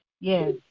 Yes